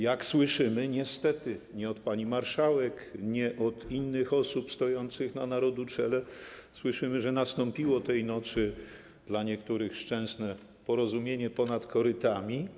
Jak słyszymy, niestety nie od pani marszałek, nie od innych osób stojących na narodu czele, nastąpiło tej nocy, dla niektórych szczęsne, porozumienie ponad korytami.